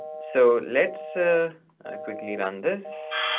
so let's ah quickly run this.